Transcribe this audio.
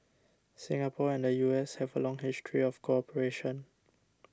Singapore and the U S have a long history of cooperation